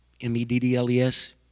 M-E-D-D-L-E-S